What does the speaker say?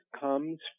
comes